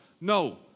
no